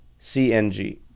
CNG